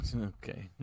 Okay